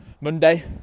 Monday